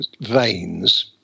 veins